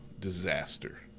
disaster